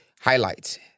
highlights